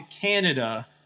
Canada